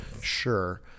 sure